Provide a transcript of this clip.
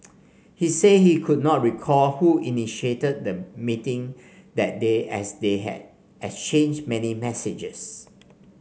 he said he could not recall who initiated the meeting that day as they had exchanged many messages